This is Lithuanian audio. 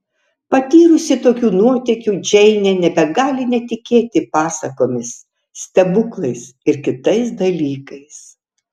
patyrusi tokių nuotykių džeinė nebegali netikėti pasakomis stebuklais ir kitais dalykais